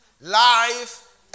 life